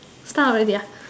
stop already